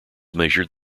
measured